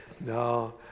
No